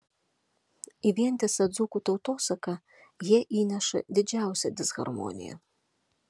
į vientisą dzūkų tautosaką jie įneša didžiausią disharmoniją